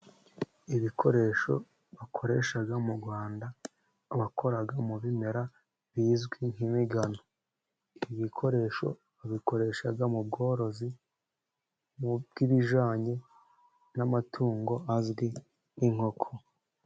Ibikoresho bakoresha mu Rwanda abakora mu bimera bizwi nk'imigano. Ibi ibikoresho babikoresha mu bworozi, mu bw'ibijyanye n'amatungo azwi nk'inkoko.